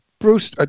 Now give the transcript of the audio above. Bruce